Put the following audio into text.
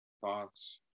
thoughts